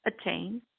attain